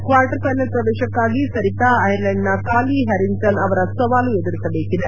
quarter final ಪ್ರವೇಶಕ್ಕಾಗಿ Sarita Ireland ನ Kellie Harrington ಅವರ ಸವಾಲು ಎದುರಿಸಬೇಕಿದೆ